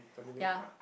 ya